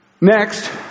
Next